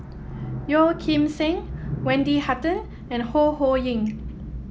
Yeo Kim Seng Wendy Hutton and Ho Ho Ying